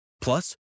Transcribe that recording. Plus